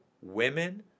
women